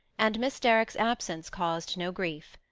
and miss derrick's absence caused no grief.